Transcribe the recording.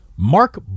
Mark